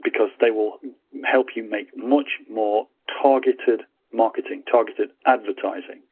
because they will help you make much more targeted marketing, targeted advertising.